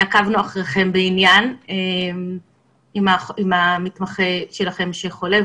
עקבנו אחריכם בעניין עם המתמחה שלכם שחולה,